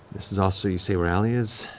this is also, you say, where allie is,